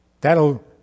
that'll